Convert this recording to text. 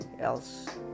else